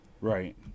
Right